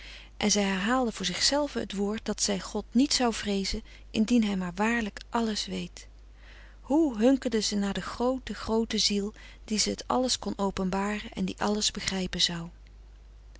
en zij herhaalde voor zich zelve het woord dat zij god niet zou vreezen indien hij maar waarlijk alles weet hoe hunkerde ze naar de groote groote ziel die ze het alles kon openbaren en die alles begrijpen zou